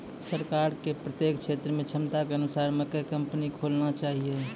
सरकार के प्रत्येक क्षेत्र मे क्षमता के अनुसार मकई कंपनी खोलना चाहिए?